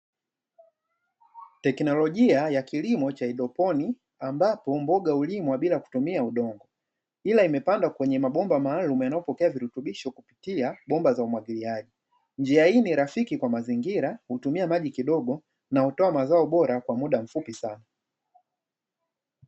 Technologia ya kilimo cha haidroponi ambapo mboga ulimwa bila kutumia udongo, ila imepandwa kwenye mabomba maalumu yanayopokea virutubisho kupitia bomba za umwagiliaji. Njia hii ni rafiki kwa mazingira hutumia maji kidogo na utoa mazao bora kwa muda mfupi sana.